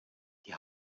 die